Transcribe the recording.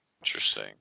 interesting